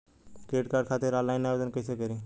Credit card खातिर online आवेदन कइसे करि?